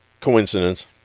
coincidence